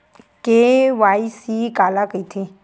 KYC काला कइथे?